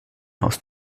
aus